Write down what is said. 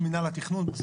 מינהל התכנון.